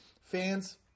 fans